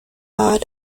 bar